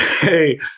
Hey